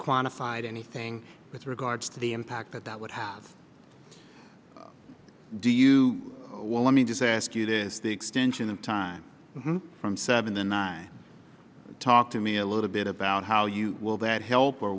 quantified anything with regards to the impact that that would have do you well let me just ask you this the extension of time from seven to nine talk to me a little bit about how you will that help or